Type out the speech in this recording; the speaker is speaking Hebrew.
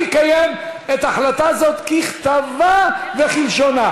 אני אקיים את ההחלטה הזאת ככתבה וכלשונה.